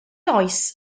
oes